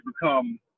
become